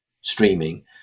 streaming